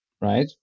right